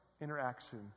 interaction